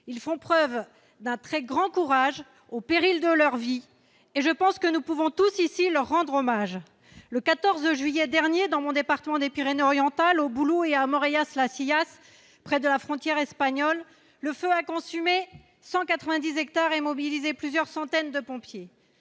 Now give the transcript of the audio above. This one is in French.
ils font preuve d'un très grand courage au péril de leur vie et je pense que nous pouvons tous ici leur rendre hommage, le 14 juillet dernier dans mon département des Pyrénées-Orientales au boulot et mort à cela, s'il y a près de la frontière espagnole, le feu a consumé 190 hectares et mobilisé plusieurs centaines de pompiers